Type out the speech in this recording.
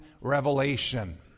revelation